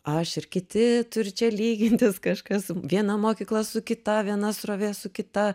aš ir kiti turi čia lygintis kažkas viena mokykla su kita viena srovė su kita